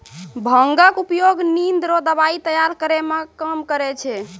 भांगक उपयोग निंद रो दबाइ तैयार करै मे काम करै छै